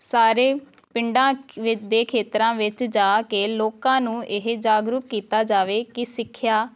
ਸਾਰੇ ਪਿੰਡਾਂ ਵਿ ਦੇ ਖੇਤਰਾਂ ਵਿੱਚ ਜਾ ਕੇ ਲੋਕਾਂ ਨੂੰ ਇਹ ਜਾਗਰੂਕ ਕੀਤਾ ਜਾਵੇ ਕਿ ਸਿੱਖਿਆ